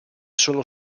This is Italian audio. sono